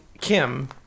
Kim